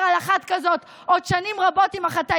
נשים בקשר לעובדות שיוצאות לבדיקות היריון או לטיפולי פוריות.